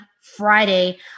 Friday